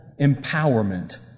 empowerment